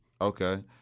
Okay